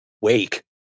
wake